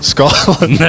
Scotland